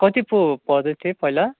कति पो पर्दै थियो पहिला